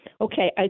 Okay